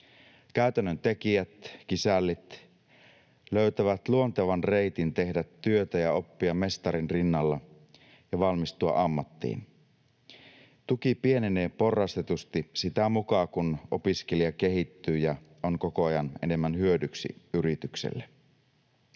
Käytännön tekijät, kisällit, löytävät luontevan reitin tehdä työtä ja oppia mestarin rinnalla ja valmistua ammattiin. Tuki pienenee porrastetusti sitä mukaa, kun opiskelija kehittyy ja on koko ajan enemmän hyödyksi yritykselle.